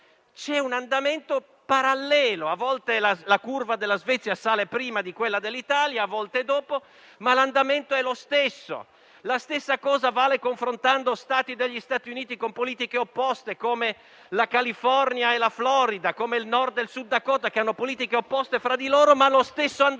l'andamento è parallelo; a volte la curva della Svezia sale prima di quella dell'Italia, a volte dopo, ma l'andamento è lo stesso. La stessa cosa si osserva confrontando Stati degli Stati Uniti con politiche opposte come la California e la Florida, come il Nord e Sud Dakota, che hanno politiche opposte fra di loro, ma hanno lo stesso andamento.